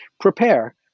prepare